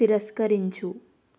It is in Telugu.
తిరస్కరించు